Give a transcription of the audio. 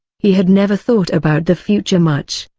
he had never thought about the future much,